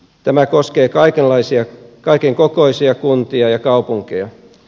tämä koskee kaiken kokoisia kuntia ja kaupunkeja